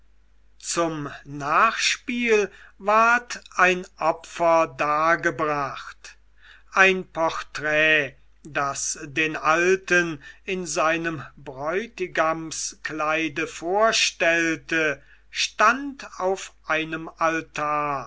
zum nachspiel ward ein opfer dargebracht ein porträt das den alten in seinem bräutigamskleide vorstellte stand auf einem altar